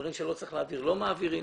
ודברים שלא צריך להעביר, לא מעבירים.